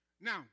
Now